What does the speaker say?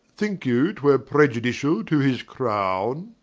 thinke you twere preiudiciall to his crowne?